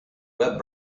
web